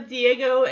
Diego